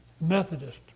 Methodist